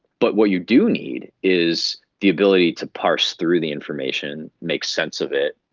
but what you do need is the ability to parse through the information, make sense of it,